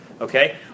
okay